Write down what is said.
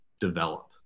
develop